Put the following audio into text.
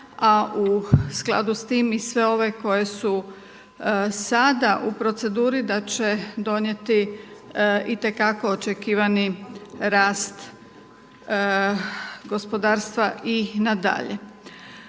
a u skladu s tim i sve ove koje su sada u proceduri da će donijeti i te kako očekivani rast gospodarstva i nadalje.